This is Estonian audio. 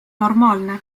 normaalne